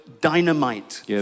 dynamite